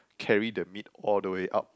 carry the meat all the way up